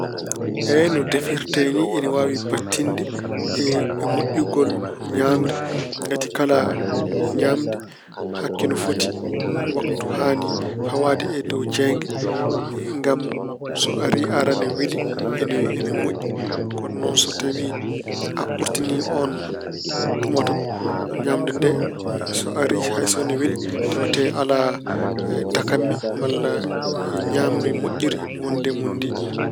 Eey, no defirtee ni ina waawi battinde e moƴƴugol ñaamri. Ngati kala ñaamde hakke no foti waktu haani fawaande e dow jeeynge ngam so ari, ara ene weli, ene- ene moƴƴi. Kono noon so tawi a ɓurtini oon tuma tan, ñaamde nde so ari hay so weli tawate alaa dakamme malla ñaamri moƴƴiri wondi e mun ndi.